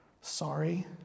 Sorry